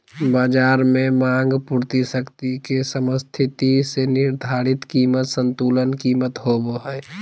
बज़ार में मांग पूर्ति शक्ति के समस्थिति से निर्धारित कीमत संतुलन कीमत होबो हइ